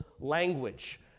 language